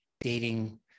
dating